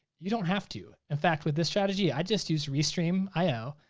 you don't have to. in fact with this strategy i just use restream io,